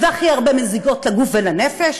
והכי הרבה מזיקות לגוף ולנפש,